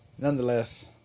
Nonetheless